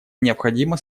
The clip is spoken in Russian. необходима